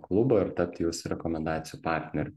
klubo ir tapti jūsų rekomendacijų partneriu